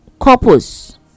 couples